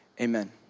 amen